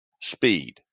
speed